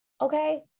okay